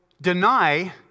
deny